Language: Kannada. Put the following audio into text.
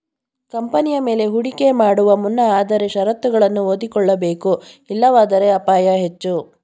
ಕಂಪನಿಯ ಮೇಲೆ ಹೂಡಿಕೆ ಮಾಡುವ ಮುನ್ನ ಆದರೆ ಶರತ್ತುಗಳನ್ನು ಓದಿಕೊಳ್ಳಬೇಕು ಇಲ್ಲವಾದರೆ ಅಪಾಯ ಹೆಚ್ಚು